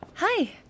Hi